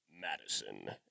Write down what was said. Madison